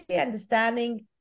understanding